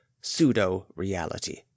pseudo-reality